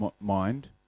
mind